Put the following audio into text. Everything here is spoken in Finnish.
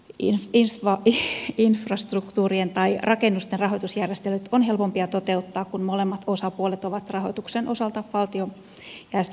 yhteisten palveluiden infrastruktuurien tai rakennusten rahoitusjärjestelyt on hel pompi toteuttaa kun molemmat osapuolet ovat rahoituksen osalta valtion järjestelmän piirissä